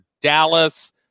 Dallas